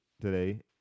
today